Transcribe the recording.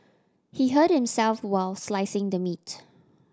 he hurt himself while slicing the meat